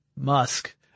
Musk